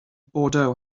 bordeaux